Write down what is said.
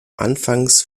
anfangs